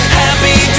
happy